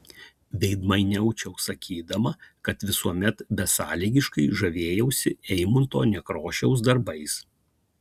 veidmainiaučiau sakydama kad visuomet besąlygiškai žavėjausi eimunto nekrošiaus darbais